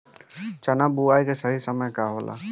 चना बुआई के सही समय का होला?